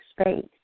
space